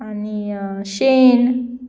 आनी शेण